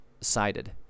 cited